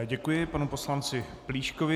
Děkuji panu poslanci Plíškovi.